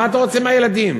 מה אתה רוצה מהילדים?